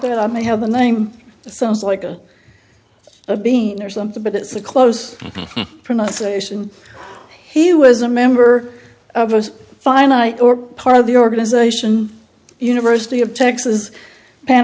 that i may have a name sounds like a being or something but it's a close pronunciation he was a member of a finite or part of the organization university of texas pan